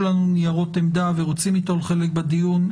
לנו ניירות עמדה ורוצים ליטול חלק בדיון,